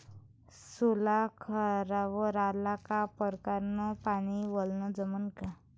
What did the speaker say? सोला खारावर आला का परकारं न पानी वलनं जमन का?